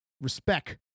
Respect